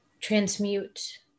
transmute